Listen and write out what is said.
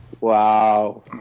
Wow